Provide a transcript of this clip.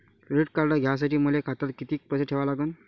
Credit card घ्यासाठी मले खात्यात किती पैसे ठेवा लागन?